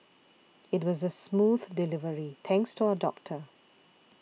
it was a smooth delivery thanks to our doctor